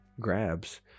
grabs